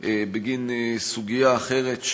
בגין סוגיה אחרת,